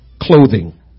clothing